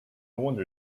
wonder